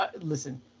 Listen